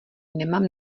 nemám